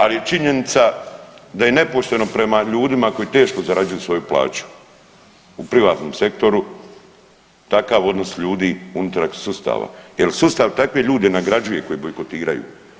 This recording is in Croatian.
Ali je činjenica da je nepošteno prema ljudima koji teško zarađuju svoju plaću u privatnom sektoru, takav odnos ljudi unutar sustava jer sustav takve ljude nagrađuje koji bojkotiraju.